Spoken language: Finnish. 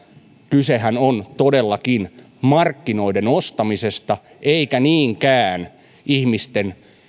kysehän on todellakin markkinoiden ostamisesta eikä niinkään ihmisten